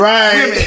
Right